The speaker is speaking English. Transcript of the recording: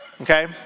Okay